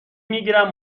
میگیرند